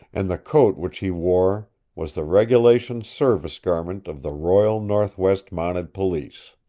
and the coat which he wore was the regulation service garment of the royal northwest mounted police!